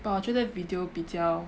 but 我觉得 video 比较